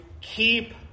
keep